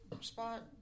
spot